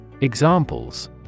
Examples